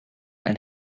and